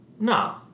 no